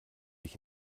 ich